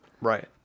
Right